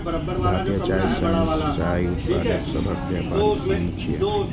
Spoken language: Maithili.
भारतीय चाय संघ चाय उत्पादक सभक व्यापारिक संघ छियै